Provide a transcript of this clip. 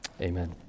amen